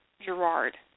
Gerard